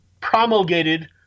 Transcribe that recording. promulgated